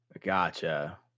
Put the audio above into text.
Gotcha